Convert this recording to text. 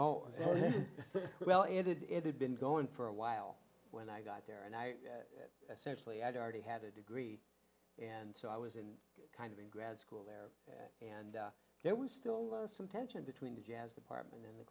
oh well and it had been going for a while when i got there and i essentially i'd already had a degree and so i was in kind of in grad school there and there was still some tension between the jazz department and the